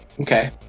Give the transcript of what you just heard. Okay